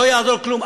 לא יעזור כלום,